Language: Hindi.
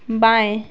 बाएँ